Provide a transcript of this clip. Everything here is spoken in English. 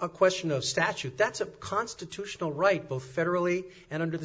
a question of statute that's a constitutional right both are really and under the